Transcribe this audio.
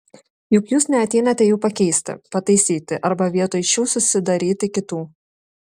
juk jūs neateinate jų pakeisti pataisyti arba vietoj šių susidaryti kitų